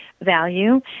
value